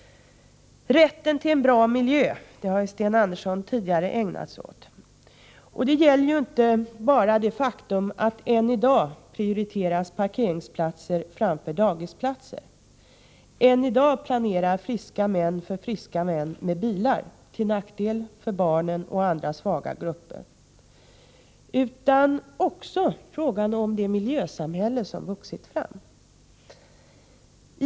Sten Andersson har tidigare ägnat sig åt rätten till en bra miljö. Här gäller det inte bara det faktum att än i dag parkeringsplatser prioriteras framför dagisplatser, att än i dag friska män planerar för friska män med bilar till nackdel för barnen och andra svaga grupper, utan det gäller också frågan om den miljö som har vuxit fram i vårt samhälle.